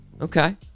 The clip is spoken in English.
Okay